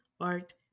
art